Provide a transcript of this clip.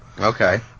Okay